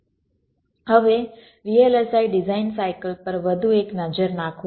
હવે VLSI design cycle પર વધુ એક નજર નાખો